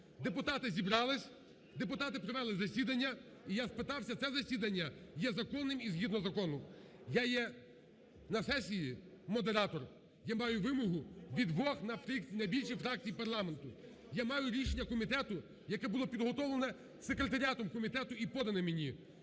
Депутати зібрались, депутати провели засідання, і я спитався, це засідання є законним і згідно закону. Я є на сесії модератор. Я маю вимогу від двох найбільших фракцій парламенту, я маю рішення комітету, яке було підготовлене секретаріатом комітету і подане мені.